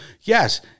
Yes